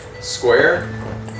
square